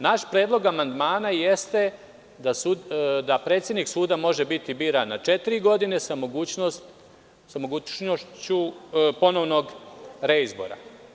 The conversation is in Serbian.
Naš predlog amandmana jeste da predsednik suda može biti biran na četiri godine sa mogućnošću ponovnog reizbora.